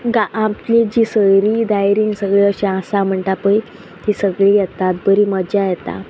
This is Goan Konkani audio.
आमी जी सोयरीं दायरींग सगळें अशें आसा म्हणटा पळय ती सगळी येतात बरी मजा येता